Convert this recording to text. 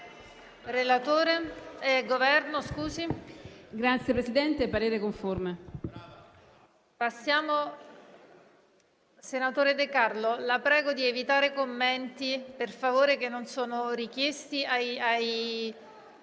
Senatore De Carlo, la prego di evitare commenti, che non sono richiesti, ai